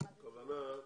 יכול לעשות דירוג?